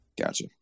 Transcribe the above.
Gotcha